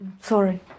Sorry